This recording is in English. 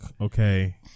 okay